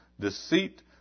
deceit